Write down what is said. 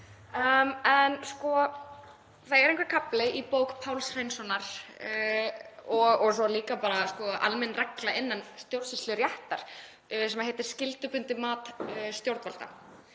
Það er einhver kafli í bók Páls Hreinssonar, og líka almenn regla innan stjórnsýsluréttar, sem heitir Skyldubundið mat stjórnvalda.